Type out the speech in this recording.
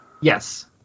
Yes